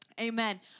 Amen